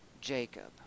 Jacob